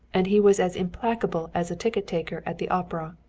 and he was as implacable as a ticket taker at the opera.